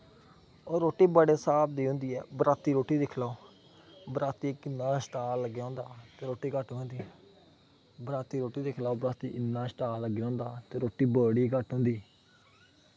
ओह् रोटी बड़े हिसाब दी होंदी ऐ बराती रोटी दिक्खी लैओ बराती किन्ना स्टाल लग्गे दा होंदा ते रोटी घट्ट होंदी ऐ बराती रोटी दिक्खी लैओ बराती इन्ना स्टाल लग्गे दा होंदा ते रुट्टी बड़ी घट्ट होंदी